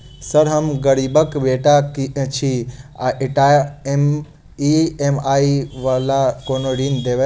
Sir हम गरीबक बेटा छी एकटा ई.एम.आई वला कोनो ऋण देबै?